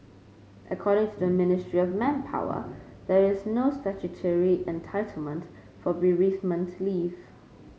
according to the Ministry of Manpower there is no statutory entitlement for bereavement leave